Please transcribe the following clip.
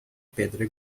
pedra